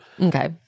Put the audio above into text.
Okay